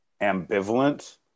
ambivalent